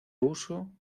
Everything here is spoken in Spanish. huso